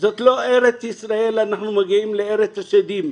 זאת לא ארץ ישראל, אנחנו מגיעים לארץ השדים.